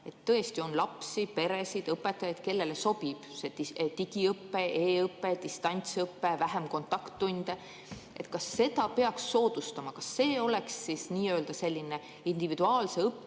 tõesti on lapsi, peresid, õpetajaid, kellele sobib see digiõpe, e‑õpe, distantsõpe, vähem kontakttunde? Kas seda peaks soodustama, kas see oleks selline individuaalse õpiteekonna